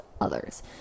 others